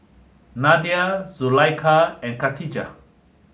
Nadia Zulaikha and Khatijah